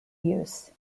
use